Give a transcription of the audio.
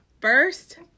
first